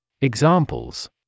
Examples